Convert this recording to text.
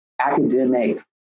academic